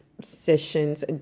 sessions